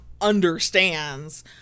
understands